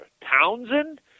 Townsend